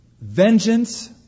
Vengeance